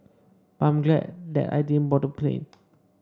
but I'm glad that I didn't board the plane